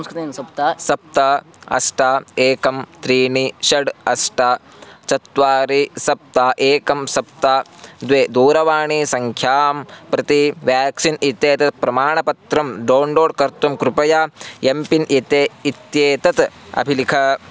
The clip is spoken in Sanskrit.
सप्त सप्त अष्ट एकं त्रीणि षड् अष्ट चत्वारि सप्त एकं सप्त द्वे दूरवाणीसङ्ख्यां प्रति वेक्सिन् इत्येतत् प्रमाणपत्रं डौन्डोड् कर्तुं कृपया एम् पिन् इते इत्येतत् अभिलिख